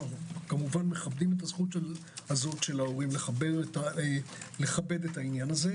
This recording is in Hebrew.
אנו מכבדים את הזכות של ההורים לכבד את זה.